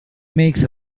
makes